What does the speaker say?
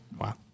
Wow